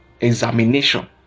examination